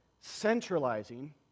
centralizing